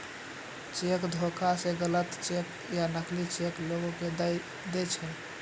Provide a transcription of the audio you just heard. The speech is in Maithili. चेक धोखा मे गलत चेक या नकली चेक लोगो के दय दै छै